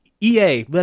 EA